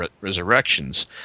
resurrections